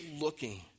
looking